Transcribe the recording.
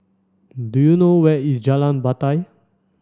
do you know where is Jalan Batai